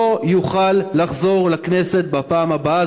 לא יוכל לחזור לכנסת בפעם הבאה.